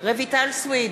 רויטל סויד,